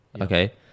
Okay